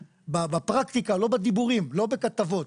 בפרקטיקה, לא בדיבורים ולא בכתבות.